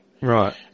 Right